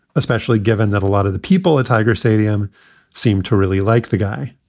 especially given that a lot of the people at tiger stadium seemed to really like the guy.